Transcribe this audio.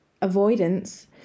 avoidance